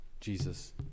Jesus